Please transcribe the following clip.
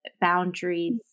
Boundaries